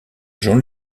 jean